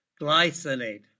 glycinate